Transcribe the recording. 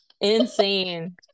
insane